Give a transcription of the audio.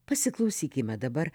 pasiklausykime dabar